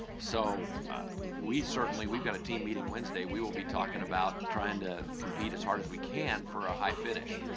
so we've certainly we've got a team meeting wednesday, we will be talking about trying to compete as hard as we can for a high finish.